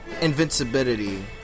invincibility